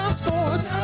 sports